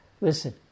listen